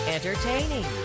Entertaining